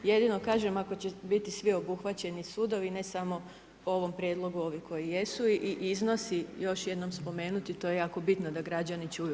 Jedino kažem, ako će biti svi obuhvaćeni sudovi a ne samo po ovom prijedlogu ovi koji jesu i iznosi još jednom spomenuti, to je jako bitno da građani čuju.